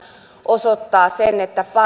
osoittaa sen että